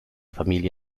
familie